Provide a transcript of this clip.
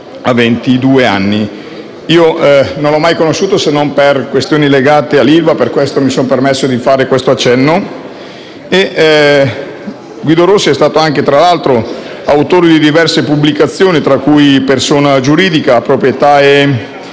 anni. Io non l'ho mai conosciuto, se non per questioni legate all'ILVA, e per questo mi sono permesso di fare quest'accenno. Guido Rossi è stato tra l'altro autore di diverse pubblicazioni, tra cui «Persona giuridica, proprietà e